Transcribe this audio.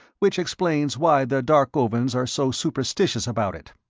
which explains why the darkovans are so superstitious about it.